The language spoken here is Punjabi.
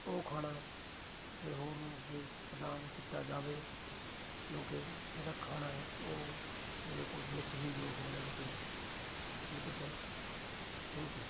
ਉਹ ਖਾਣਾ ਕਿਸੇ ਹੋਰ ਨੂੰ ਅੱਗੇ ਪ੍ਰਦਾਨ ਕੀਤਾ ਜਾਵੇ ਕਿਉਂਕਿ ਜਿਹੜਾ ਖਾਣਾ ਉਹ ਮੇਰੇ ਕੋਲ ਵੇਸਟ ਹੀ ਜੋ ਹੋ ਜਾਣਾ ਸੀ ਠੀਕ ਹੈ ਸਰ ਥੈਂਕ ਯੂ